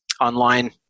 online